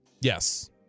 Yes